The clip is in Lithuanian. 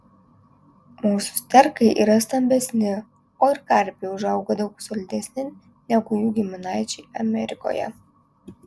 mūsų sterkai yra stambesni o ir karpiai užauga daug solidesni negu jų giminaičiai amerikoje